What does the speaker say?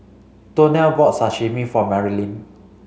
Donnell bought Sashimi for Marilynn